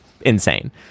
insane